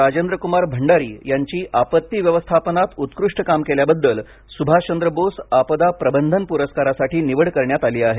राजेंद्र क्मार भंडारी यांची आपत्ती व्यवस्थापनात उत्कृष्ट काम केल्याबद्दल स्भाषचंद्र बोस आपदा प्रबंधन प्रस्करासाठी निवड करण्यात आली आहे